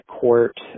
court